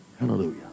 Hallelujah